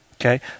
okay